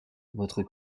votre